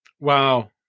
Wow